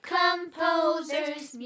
composers